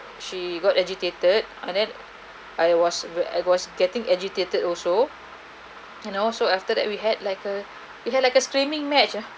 she got agitated and then I was I was getting agitated also and also after that we had like a we had like a screaming match ah